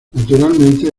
naturalmente